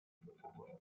dopoguerra